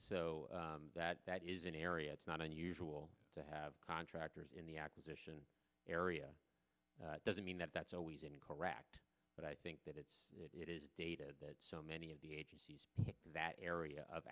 so that that is an area it's not unusual to have contractors in the acquisition area doesn't mean that that's always incorrect but i think that it's it is dated so many of the agencies that area of